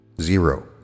Zero